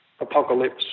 apocalypse